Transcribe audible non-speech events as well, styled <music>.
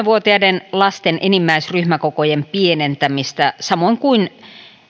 <unintelligible> vuotiaiden lasten enimmäisryhmäkokojen pienentämistä samoin kuin